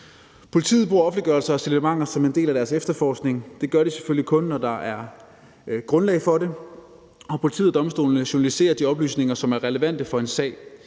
Politiet bruger offentliggørelse af signalementer som en del af deres efterforskning. Det gør de selvfølgelig kun, når der er grundlag for det. Politiet og domstolene journaliserer de oplysninger, som er relevante for en sag.